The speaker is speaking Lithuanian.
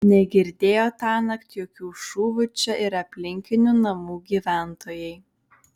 negirdėjo tąnakt jokių šūvių čia ir aplinkinių namų gyventojai